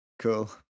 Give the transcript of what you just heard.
cool